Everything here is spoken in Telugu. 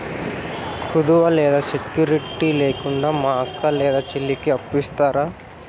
కుదువ లేదా సెక్యూరిటి లేకుండా మా అక్క లేదా చెల్లికి అప్పు ఇస్తారా?